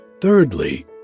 Thirdly